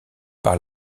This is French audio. par